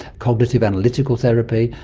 cognitive analytical therapy.